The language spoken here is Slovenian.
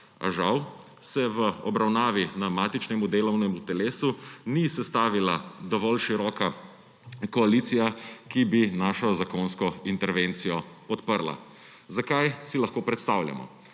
žal se v obravnavi na matičnem delovnem telesu ni sestavila dovolj široka koalicija, ki bi našo zakonsko intervencijo podprla. Zakaj? Si lahko predstavljamo.